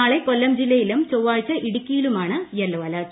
നാളെ കൊല്ലം ജില്ലയിലും ചൊവ്വാഴ്ച ഇടുക്കിയിലുമാണ് യെല്ലോ അലർട്ട്